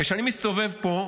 כשאני מסתובב פה,